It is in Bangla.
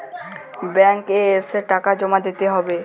ব্যাঙ্ক এ এসে টাকা জমা দিতে হবে?